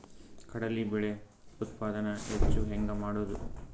ಕಡಲಿ ಬೇಳೆ ಉತ್ಪಾದನ ಹೆಚ್ಚು ಹೆಂಗ ಮಾಡೊದು?